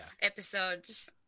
episodes